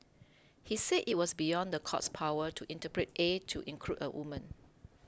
he said it was beyond the court's power to interpret A to include a woman